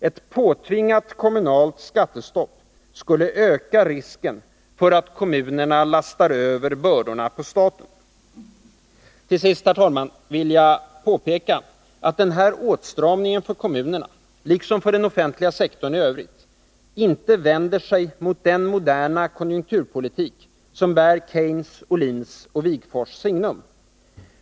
Ett påtvingat kommunalt skattestopp skulle öka risken för att kommunerna lastar över bördorna på staten. Till sist, herr talman, vill jag påpeka att den här åtstramningen för kommunerna-— liksom för den offentliga sektorn i övrigt — inte vänder sig mot den moderna konjunkturpolitik som bär Keynes, Ohlins och Wigforss signum.